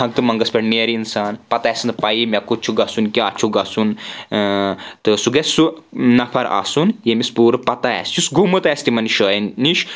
ہنگتہٕ منٛگس پیٚٹھ نیرِ اِنسان پتہٕ آسہِ نہٕ پیی مےٚ کوٚت چھُ گژھُن کیاہ چھُ گژھُن تہٕ سُہ گژھِ سُہ نفر آسُن ییٚمس پوٗرٕ پَتہ آسہِ یُس گوٚمُت آسہِ تِمن جایٚن نِش